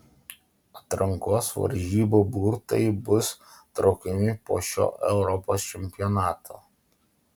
atrankos varžybų burtai bus traukiami po šio europos čempionato